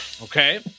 Okay